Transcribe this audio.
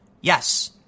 yes